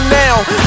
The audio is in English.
now